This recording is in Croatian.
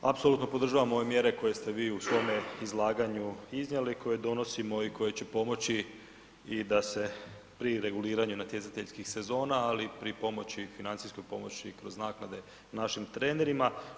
Apsolutno podržavam ove mjere koje ste vi u svom izlaganju iznijeli koje donosimo i koje će pomoći i da se prije reguliranja natjecateljskih sezona, ali pri financijskom pomoći kroz naknade našim trenerima.